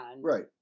Right